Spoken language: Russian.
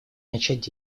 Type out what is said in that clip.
начинать